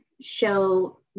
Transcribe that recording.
show